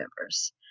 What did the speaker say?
members